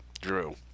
Drew